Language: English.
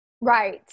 Right